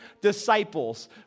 disciples